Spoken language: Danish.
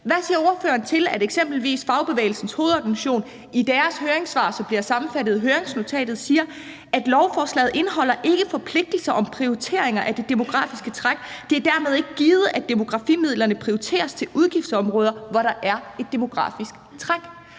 Hvad siger ordføreren til, at eksempelvis Fagbevægelsens Hovedorganisation i deres høringssvar, som bliver sammenfattet i høringsnotatet, siger: Lovforslaget indeholder ikke forpligtelser om prioriteringer af det demografiske træk. Det er dermed ikke givet, at demografimidlerne prioriteres til udgiftsområder, hvor der er et demografisk træk.